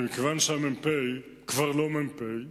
ומכיוון שהמ"פ כבר לא מ"פ,